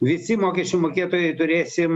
visi mokesčių mokėtojai turėsim